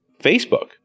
Facebook